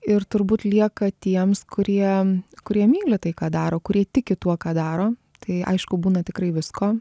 ir turbūt lieka tiems kurie kurie myli tai ką daro kurie tiki tuo ką daro tai aišku būna tikrai visko